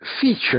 feature